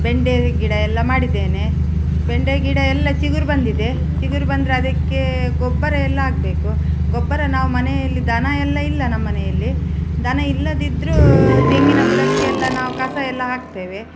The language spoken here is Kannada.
ಬೆಂಡೆಯ ಗಿಡ ಎಲ್ಲ ಮಾಡಿದ್ದೇನೆ ಬೆಂಡೆ ಗಿಡ ಎಲ್ಲ ಚಿಗುರು ಬಂದಿದೆ ಚಿಗುರು ಬಂದರೆ ಅದಕ್ಕೆ ಗೊಬ್ಬರ ಎಲ್ಲ ಆಗಬೇಕು ಗೊಬ್ಬರ ನಾವು ಮನೆಯಲ್ಲಿ ದನ ಎಲ್ಲ ಇಲ್ಲ ನಮ್ಮನೆಯಲ್ಲಿ ದನ ಇಲ್ಲದಿದ್ದರೂ ತೆಂಗಿನ ಬುಡಕ್ಕೆಲ್ಲ ನಾವು ಕಸ ಎಲ್ಲ ಹಾಕ್ತೇವೆ